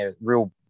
real